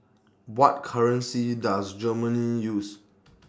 What currency Does Germany use